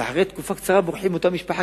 ואחרי תקופה קצרה בורחים מהמשפחה,